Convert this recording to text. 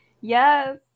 Yes